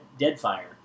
Deadfire